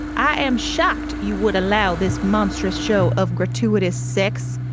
i am shocked you would allow this monstrous show of gratuitous sex,